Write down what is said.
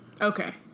Okay